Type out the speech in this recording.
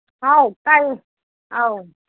ꯍꯥꯎ ꯇꯥꯏꯌꯦ ꯑꯧ